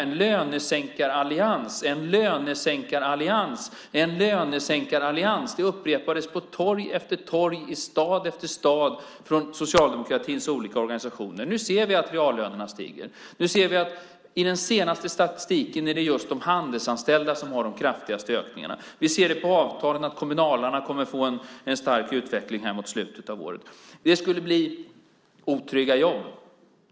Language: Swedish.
"En lönesänkarallians", upprepades på torg efter torg, i stad efter stad, från socialdemokratins olika organisationer. Nu ser vi att reallönerna stiger. Nu ser vi att enligt den senaste statistiken är det just de handelsanställda som har de kraftigaste ökningarna. Vi ser på avtalen att kommunalarna kommer att få en stark utveckling här mot slutet av året. Det skulle bli otrygga jobb.